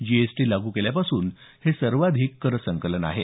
GST लागू केल्यापासून हे सर्वाधिक कर संकलन आहे